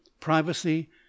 privacy